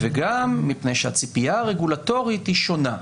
וגם מפני שהציפייה הרגולטורית היא שונה.